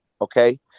okay